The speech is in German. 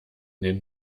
den